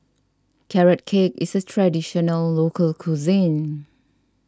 Carrot Cake is a Traditional Local Cuisine